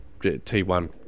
T1